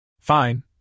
Fine